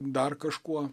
dar kažkuo